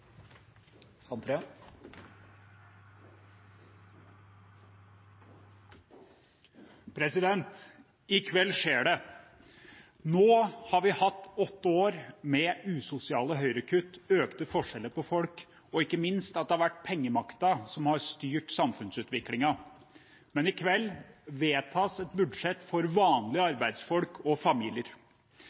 I kveld skjer det. Nå har vi hatt åtte år med usosiale høyrekutt, økte forskjeller mellom folk og – ikke minst – det har vært pengemakta som har styrt samfunnsutviklingen. Men i kveld vedtas et budsjett for vanlige arbeidsfolk og familier.